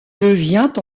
devient